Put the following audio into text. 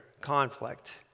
conflict